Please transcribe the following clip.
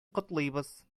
котлыйбыз